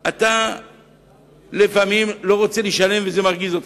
אתה לא רוצה לשלם וזה מרגיז אותך.